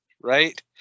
Right